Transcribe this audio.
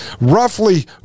roughly